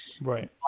Right